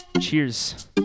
Cheers